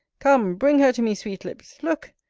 come bring her to me, sweetlips. look!